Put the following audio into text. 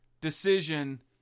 decision